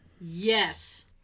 Yes